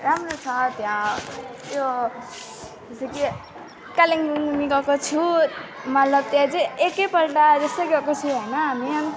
राम्रो छ त्यहाँ त्यो जस्तो कि कालिम्पोङ पनि गएको छु मतलब त्यहाँ चाहिँ एकैपल्ट जस्तै गएको छु हैन हामी